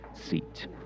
seat